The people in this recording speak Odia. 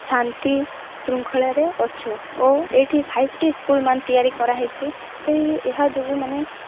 ଶାନ୍ତି ଶୃଙ୍ଖଳାରେ ଅଛୁ ଓ ଏଇଠି ଫାଇଭ୍ ଟି ସ୍କୁଲ୍ମାନ ତିଆରି କରାହୋଇଛି ତ ଏ ଏହା ଯୋଗୁଁ ମାନେ